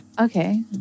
Okay